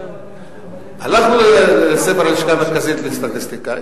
הלכנו לספר הלשכה המרכזית לסטטיסטיקה,